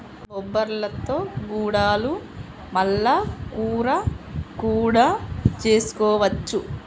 బొబ్బర్లతో గుడాలు మల్ల కూర కూడా చేసుకోవచ్చు